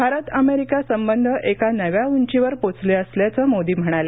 Bharat America संबंध एका नव्या उंचीवर पोचले असल्याचं मोदी म्हणाले